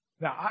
Now